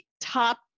top